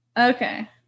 Okay